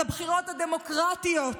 על הבחירות הדמוקרטיות?